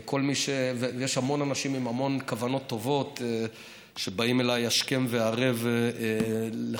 יש המון אנשים עם המון כוונות טובות שבאים אליי השכם והערב לחוקק.